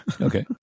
Okay